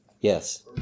Yes